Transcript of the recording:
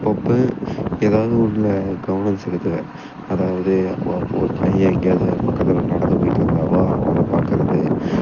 அப்பப்போ ஏதாவுது ஒன்றுல கவனம் செலுத்துவேன் அதாவது ஒரு பையன் எங்கேயாவுது பக்கத்தில் நடந்து போயிட்டு இருந்தாலோ அவனை பார்க்கறது